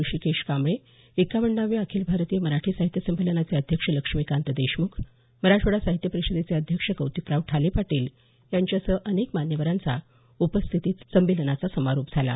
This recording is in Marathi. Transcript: ऋषिकेश कांबळे एक्क्याण्णवाव्या अखिल भारतीय मराठी साहित्य संमेलनाचे अध्यक्ष लक्ष्मीकांत देशमुख मराठवाडा साहित्य परिषदेचे अध्यक्ष कौतिकराव ठाले पाटील यांच्यासह अनेक मान्यवरांचा उपस्थितीत संमेलनाचा समारोप झाला